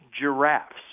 Giraffes